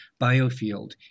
Biofield